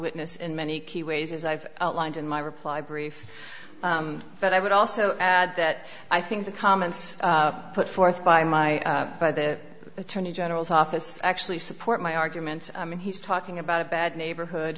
witness in many key ways as i've outlined in my reply brief but i would also add that i think the comments put forth by my by the attorney general's office actually support my argument i mean he's talking about a bad neighborhood